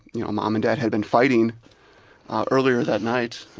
you know, mom and dad had been fighting earlier that night,